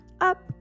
up